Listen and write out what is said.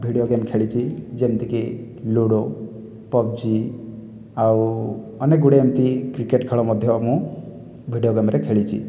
video game ଖେଳିଛି ଯେମିତିକି ludo PUBG ଆଉ ଅନେକଗୁଡ଼ିଏ ଏମିତି କ୍ରିକେଟ୍ ଖେଳ ମଧ୍ୟ ମୁଁ ଭିଡିଓ ଗେମ୍ରେ ଖେଳିଛି